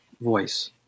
voice